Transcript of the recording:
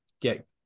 get